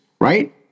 right